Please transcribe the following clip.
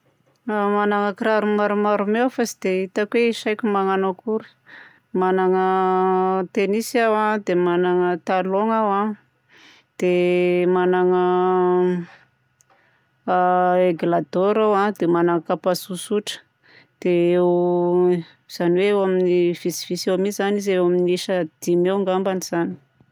Managna kiraro maromaro mi aho fa tsy dia hitako hoe isaiko magnano akory. Managna tennis aho, dia managna talon aho a, dia managna aigle d'or aho a, dia managna kapa tsotsotra. Dia eo izany hoe eo amin'ny vitsivitsy eo mi zany izy e, eo amin'ny isa dimy eo angambany zany.